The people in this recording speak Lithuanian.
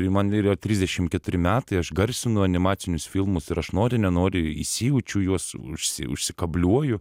ir man yra trisdešim keturi metai aš garsinu animacinius filmus ir aš nori nenori įsijaučiu į juos užsi užsikabliuoju